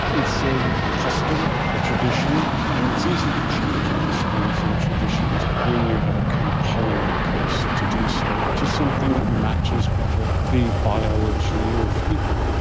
it's a custom, a tradition, and it's easy to change customs and traditions when you have a compelling case to do so, to something that matches better the biology of people.